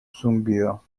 zumbido